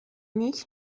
نیک